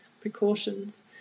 precautions